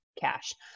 cash